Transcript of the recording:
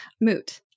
moot